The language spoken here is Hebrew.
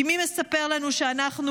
כי מי מספר לנו שאנחנו